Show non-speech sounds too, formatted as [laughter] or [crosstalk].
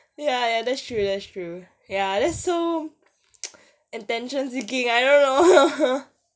ya ya that's true that's true ya that's so [noise] attention seeking I don't know [laughs]